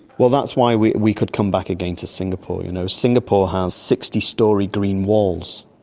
well, that's why we we could come back again to singapore. you know singapore has sixty storey green walls.